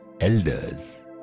elders